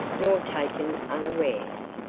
nor taken unawares.